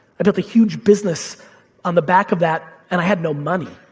i built a huge business on the back of that, and i had no money.